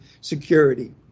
security